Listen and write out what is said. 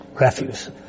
refuse